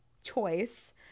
choice